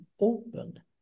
open